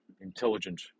intelligent